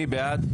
מי בעד?